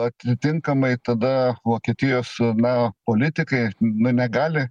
atitinkamai tada vokietijos na politikai nu negali